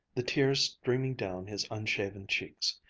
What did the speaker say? the tears streaming down his unshaven cheeks.